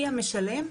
מי המשלם?